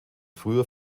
früher